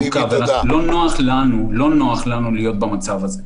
לא נוח לנו להיות במצב הזה,